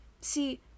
See